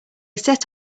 set